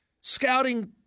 scouting